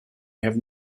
have